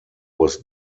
was